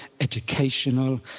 educational